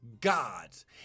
gods